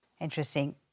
Interesting